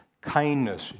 kindness